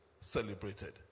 celebrated